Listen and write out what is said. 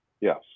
Yes